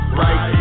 right